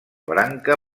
branca